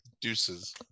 Deuces